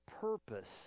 purpose